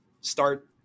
start